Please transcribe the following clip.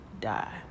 die